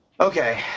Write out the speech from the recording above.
Okay